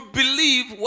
believe